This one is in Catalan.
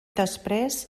després